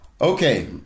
Okay